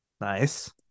Nice